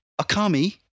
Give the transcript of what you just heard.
Akami